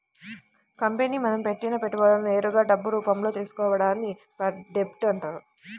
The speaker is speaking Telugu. కంపెనీ మనం పెట్టిన పెట్టుబడులను నేరుగా డబ్బు రూపంలో తీసుకోవడాన్ని డెబ్ట్ అంటారు